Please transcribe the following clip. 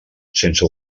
sense